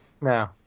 No